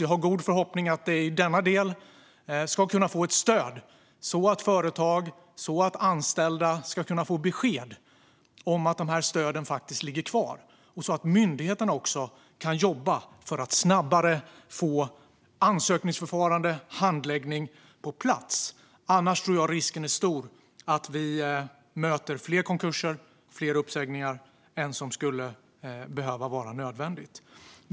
Jag har god förhoppning om att det i denna del ska kunna få stöd så att företag och anställda kan få besked om att stöden kommer att ligga kvar och att myndigheterna kan jobba för att snabbare få ansökningsförfarande och handläggning på plats. Annars är nog risken stor att det blir fler konkurser och uppsägningar än nödvändigt.